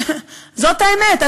זאת האמת.